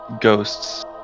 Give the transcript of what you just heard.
ghosts